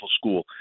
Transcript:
school